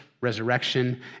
resurrection